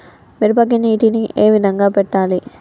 మిరపకి నీటిని ఏ విధంగా పెట్టాలి?